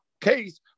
case